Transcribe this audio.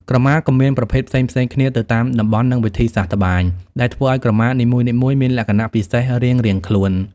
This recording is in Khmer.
ក្រមាក៏មានប្រភេទផ្សេងៗគ្នាទៅតាមតំបន់ និងវិធីសាស្រ្តត្បាញ ដែលធ្វើឲ្យក្រមានីមួយៗមានលក្ខណៈពិសេសរៀងៗខ្លួន។